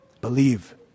believe